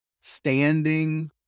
standing